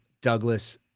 Douglas